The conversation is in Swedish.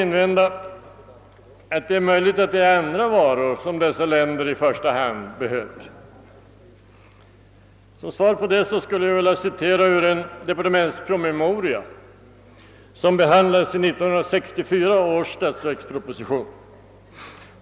Möjligen invänder man att det är andra varor som dessa länder i första hand behöver. Jag vill då citera några rader ur en departementspromemoria som behandlas i 1964 års statsverksproposition.